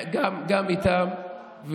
גם איתם,